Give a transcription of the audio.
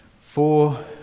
four